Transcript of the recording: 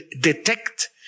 detect